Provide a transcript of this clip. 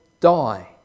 die